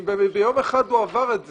אם ביום אחד הוא עבר את זה,